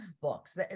books